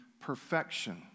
perfection